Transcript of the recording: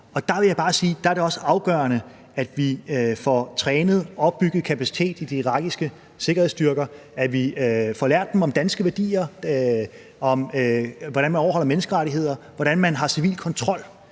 sige, at det er afgørende, at vi får trænet og opbygget en kapacitet i de irakiske sikkerhedsstyrker, at vi får lært dem om danske værdier, om, hvordan man overholder menneskerettigheder, hvordan man har civil kontrol